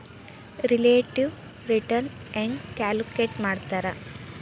relative return ಹೆಂಗ calculate ಮಾಡ್ತಾರಾ